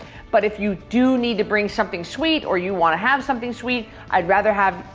but if you do need to bring something sweet or you wanna have something sweet, i'd rather have,